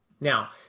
Now